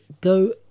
Go